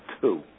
two